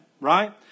right